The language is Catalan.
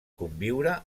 conviure